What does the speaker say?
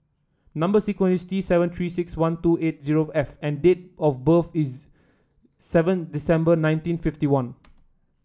number sequence is T seven Three six one two eight zero F and date of birth is seven December nineteen fifty one